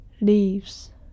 Leaves